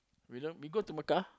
you go to Mecca